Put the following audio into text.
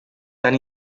tan